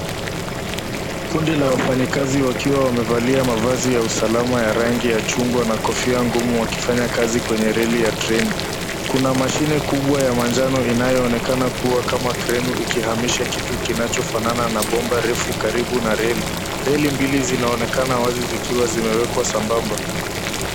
Kundi la wafanyakazi wakiwa wamevalia mavazi ya usalama ya rangi ya chungwa na kofia ngumu wakifanya kazi kwenye reli ya treni. Kuna mashine kubwa ya manjano inayoonekana kuwa kama kreno ikihamisha kitu kinachofanana na bomba refu karibu na reli. Reli mbili zinaonekana wazi zikiwa zimewekwa sambamba.